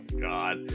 God